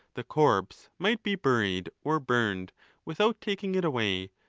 the corpse might be buried or burned without taking it away,